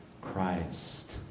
Christ